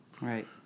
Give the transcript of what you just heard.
right